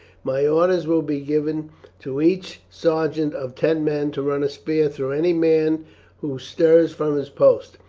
my orders will be given to each sergeant of ten men to run a spear through any man who stirs from his post,